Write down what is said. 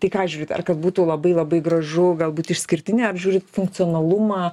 tai į ką žiūrit ar kad būtų labai labai gražu galbūt išskirtinė ar žiūrit funkcionalumą